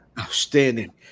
Outstanding